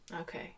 okay